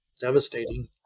devastating